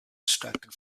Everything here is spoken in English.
distracted